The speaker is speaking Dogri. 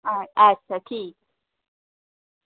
हां अच्छा ठीक